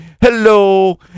Hello